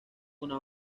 una